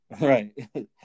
Right